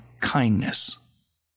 kindness